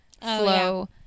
flow